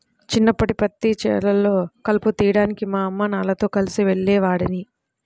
చిన్నప్పడు పత్తి చేలల్లో కలుపు తీయడానికి మా అమ్మానాన్నలతో కలిసి వెళ్ళేవాడిని